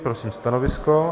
Prosím stanovisko.